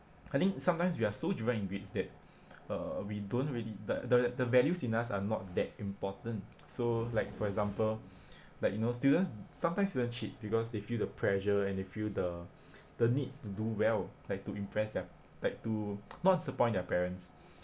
I think sometimes we are so driven in grades that uh we don't really the the the values in us are not that important so like for example like you know students sometimes students cheat because they feel the pressure and they feel the the need to do well like to impress their like to not disappoint their parents